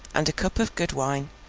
and a cup of good wine,